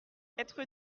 être